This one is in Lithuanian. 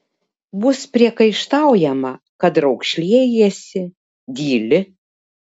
bus priekaištaujama kad raukšlėjiesi dyli